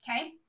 okay